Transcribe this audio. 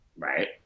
Right